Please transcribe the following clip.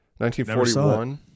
1941